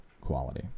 quality